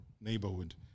neighborhood